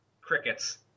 crickets